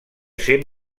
ser